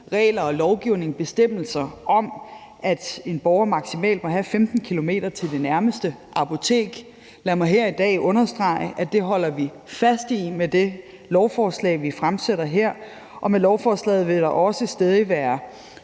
gældende lovgivning bestemmelser om, at en borger maksimalt må have 15 km til det nærmeste apotek. Lad mig her i dag understrege, at det holder vi fast i med det lovforslag, vi har fremsat, og med lovforslaget vil der også stadig være